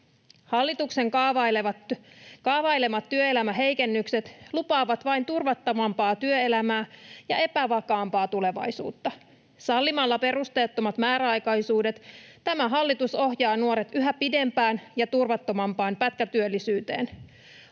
Hallituksen kaavailemat työelämän heikennykset lupaavat vain turvattomampaa työelämää ja epävakaampaa tulevaisuutta. Sallimalla perusteettomat määräaikaisuudet tämä hallitus ohjaa nuoret yhä pidempään ja turvattomampaan pätkätyöllisyyteen.